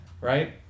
Right